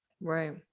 Right